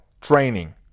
training